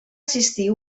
assistir